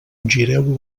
gireu